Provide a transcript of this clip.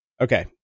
Okay